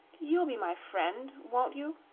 you'll be my friend won't you?